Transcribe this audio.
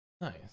nice